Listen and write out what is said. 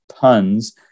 puns